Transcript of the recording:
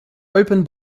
open